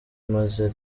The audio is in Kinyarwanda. maze